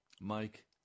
Mike